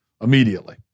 immediately